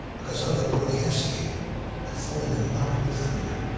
because oleg gordievsky had fallen in love with freedom.